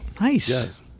Nice